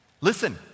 Listen